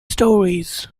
stories